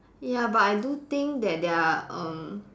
ya but I do think that there are um